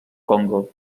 congo